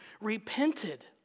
repented